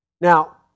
Now